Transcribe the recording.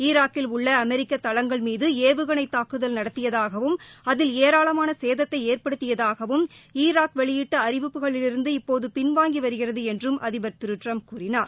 ஈராக்கில் உள்ள அமெிக்க தளங்கள் மீது ஏவுகணை தாக்குதல் நடத்தியதாகவும் அதில் ஏராளமான சேதத்தை ஏற்படுத்தியதாகவும் ஈராக் வெளியிட்ட அறிவிப்புகளிலிருந்து இப்போது பின்வாங்கி வருகிறது என்றும் அதிபர் திரு ட்டிரம்ப் கூறினார்